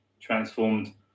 transformed